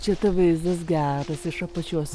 čia tai vaizdas geras iš apačios